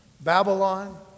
Babylon